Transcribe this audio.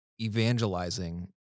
evangelizing